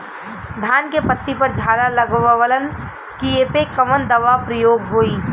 धान के पत्ती पर झाला लगववलन कियेपे कवन दवा प्रयोग होई?